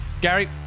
Gary